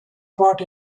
part